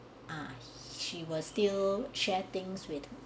ah she was still share things with